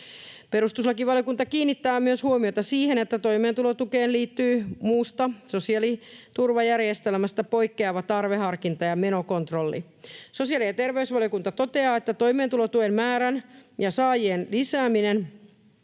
Perustuslakivaliokunta kiinnittää huomiota myös siihen, että toimeentulotukeen liittyy muusta sosiaaliturvajärjestelmästä poikkeava tarveharkinta ja menokontrolli. Sosiaali- ja terveysvaliokunta toteaa, että toimeentulotuen määrän ja saajien lisääminen